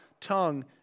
tongue